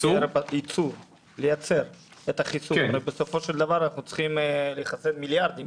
הרי בסופו של דבר אנחנו צריכים לחסן מיליארדים